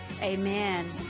amen